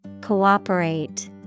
Cooperate